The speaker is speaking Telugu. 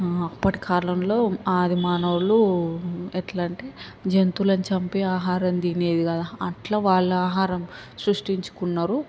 ఆ అప్పటి కాలంలో ఆదిమానవులు ఎట్లంటే జంతువులను చంపి ఆహారం తినేది కదా అట్లా వాళ్ళ ఆహారం సృష్టించుకున్నారు